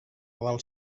dels